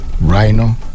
rhino